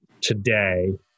today